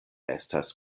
estas